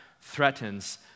threatens